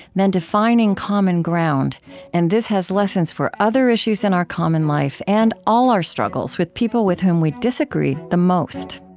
than defining common ground and this has lessons for other issues in our common life and all our struggles with people with whom we disagree the most